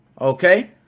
okay